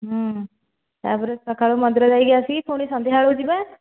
ତା'ପରେ ସକାଳୁ ମନ୍ଦିର ଯାଇକି ଆସିକି ପୁଣି ସନ୍ଧ୍ୟାବେଳକୁ ଯିବା